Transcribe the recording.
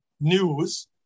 news